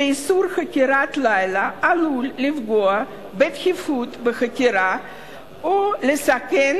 שאיסור חקירת לילה עלול לפגוע בדחיפות החקירה או לסכן